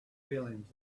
feelings